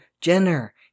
Jenner